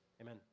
Amen